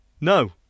no